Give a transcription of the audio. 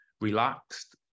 relaxed